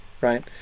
right